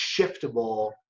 shiftable